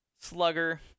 Slugger